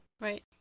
Right